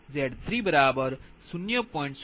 04p